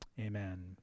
Amen